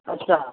अच्छा